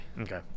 Okay